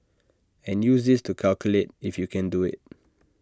and use this to calculate if you can do IT